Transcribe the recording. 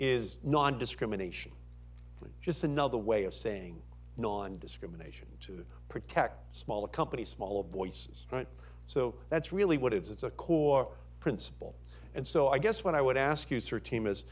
is nondiscrimination just another way of saying nondiscrimination to protect smaller companies small voice right so that's really what it is it's a core principle and so i guess what i would ask you search team is